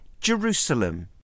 Jerusalem